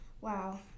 Wow